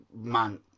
man